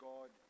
God